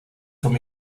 from